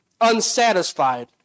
unsatisfied